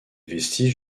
vestiges